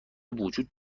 وجود